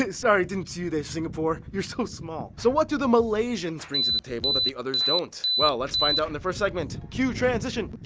sorry didn't see you there singapore. you're so small. so what do the malaysians bring to the table that the others don't? well, let's find out in the first segment. cue transition!